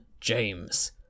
James